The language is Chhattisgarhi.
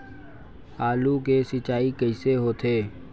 आलू के सिंचाई कइसे होथे?